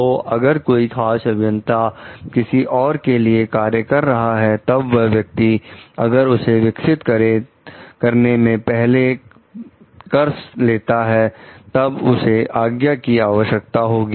तो अगर कोई खास अभियंता किसी और के लिए कार्य कर रहा है तब वह व्यक्ति अगर उसे विकसित करने से पहले कर लेता है तब उसे आज्ञा की आवश्यकता होगी